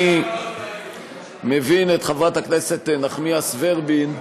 אני מבין את חברת הכנסת נחמיאס ורבין,